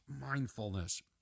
mindfulness